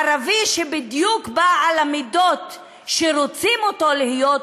הערבי שבדיוק בא במידות שרוצים שיהיה,